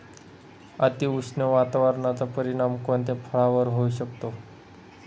अतिउष्ण वातावरणाचा परिणाम कोणत्या फळावर होऊ शकतो?